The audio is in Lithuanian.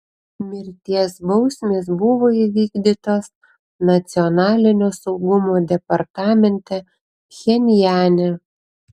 mirties bausmės buvo įvykdytos nacionalinio saugumo departamente pchenjane